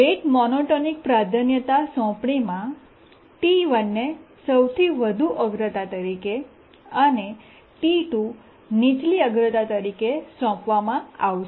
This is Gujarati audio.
રેટ મોનોટોનિક પ્રાધાન્યતા સોંપણીમાં T1 ને સૌથી વધુ અગ્રતા તરીકે અને T2 નીચલી અગ્રતા તરીકે સોંપવામાં આવશે